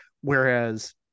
Whereas